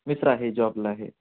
मित्र आहे जॉबला आहे